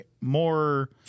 more